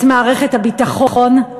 את מערכת הביטחון,